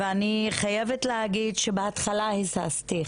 ואני חייבת להגיד שבהתחלה היססתי.